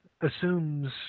assumes